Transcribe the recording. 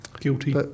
Guilty